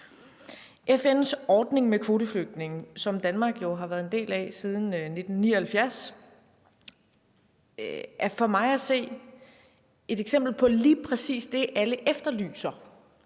FN's ordning med kvoteflygtninge, som Danmark jo har været en del af siden 1979, er for mig at se et eksempel på lige præcis det, alle efterlyser,